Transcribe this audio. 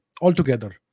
altogether